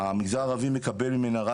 המגזר הערבי מקבל ממנה,